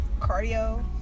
Cardio